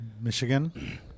Michigan